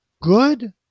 good